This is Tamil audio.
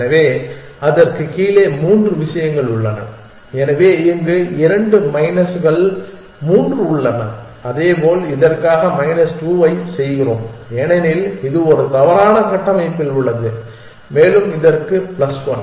எனவே அதற்குக் கீழே மூன்று விஷயங்கள் உள்ளன எனவே இங்கு இரண்டு மைனஸ் மூன்று உள்ளன அதேபோல் இதற்காக மைனஸ் 2 ஐ செய்கிறோம் ஏனெனில் இது தவறான கட்டமைப்பில் உள்ளது மேலும் இதற்கு பிளஸ் ஒன்